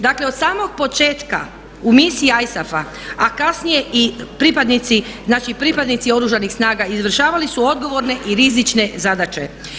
Dakle od samog početka u misiji ISAF-a, a kasnije i pripadnici naši pripadnici oružanih snaga, izvršavali su odgovorne i rizične zadaće.